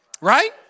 right